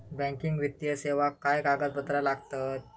Banking वित्तीय सेवाक काय कागदपत्र लागतत?